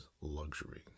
luxury